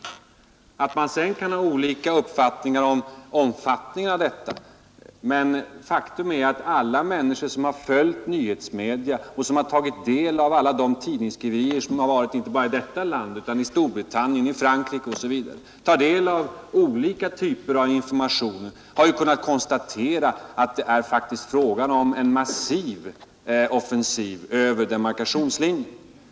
Man kan sedan ha olika uppfattningar om omfattningen av denna, men faktum är att alla människor som har följt nyhetsmedia och som har tagit del av alla de tidningsskriverier som har förekommit, inte bara i detta land utan i Storbritannien och Frankrike osv., tagit del av olika typer av information, har kunnat konstatera att det faktiskt är fråga om en massiv offensiv över demarkationslinjen.